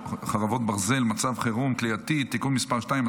חרבות ברזל) (מצב חירום כליאתי) (תיקון מס' 2),